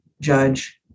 judge